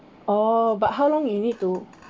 oh but how long you need to